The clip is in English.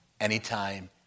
anytime